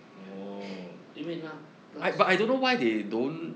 oh 因为那 plus